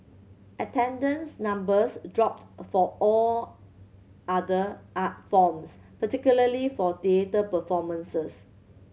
attendance numbers dropped for all other art forms particularly for theatre performances